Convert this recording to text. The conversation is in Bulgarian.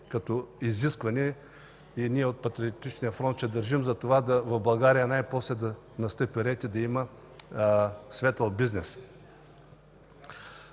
като изискване. Ние от Патриотичния фронт ще държим в България най-после да настъпи ред и да има светъл бизнес.